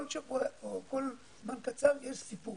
כל זמן קצר יש סיפור.